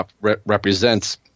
represents